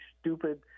stupid